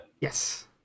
Yes